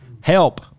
help